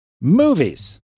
movies